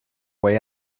way